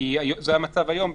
כי זה המצב היום בעצם.